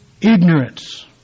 ignorance